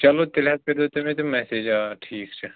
چَلو تیٚلہِ حظ کٔرۍزیٚو تُہۍ مےٚ تِم میٚسیج آ ٹھیٖک چھُ